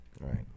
Right